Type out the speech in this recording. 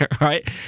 right